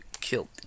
killed